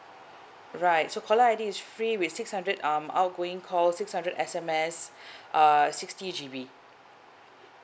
right so caller I_D is free with six hundred um outgoing call six hundred S_M_S err sixty G_B